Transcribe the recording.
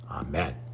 Amen